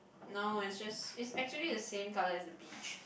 no is just is actually the same colour as the beach